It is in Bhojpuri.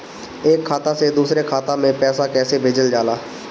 एक खाता से दुसरे खाता मे पैसा कैसे भेजल जाला?